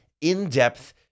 in-depth